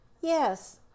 Yes